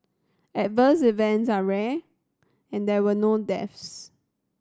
adverse events are rare and there were no deaths